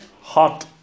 hot